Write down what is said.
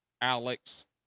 Alex